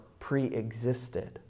preexisted